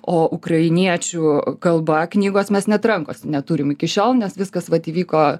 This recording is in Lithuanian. o ukrainiečių kalba knygos mes net rankose neturim iki šiol nes viskas vat įvyko